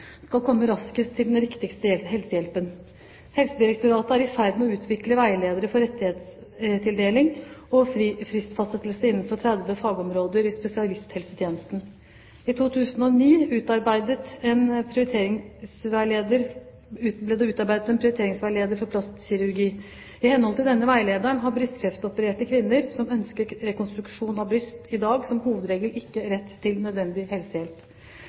skal komme raskest til den riktige helsehjelpen. Helsedirektoratet er i ferd med å utvikle veiledere for rettighetstildeling og fristfastsettelse innenfor 30 fagområder i spesialisthelsetjenesten. I 2009 ble det utarbeidet en prioriteringsveileder for plastikkirurgi. I henhold til denne veilederen har brystkreftopererte kvinner som ønsker rekonstruksjon av bryst i dag, som hovedregel ikke rett til nødvendig helsehjelp.